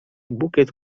bukiet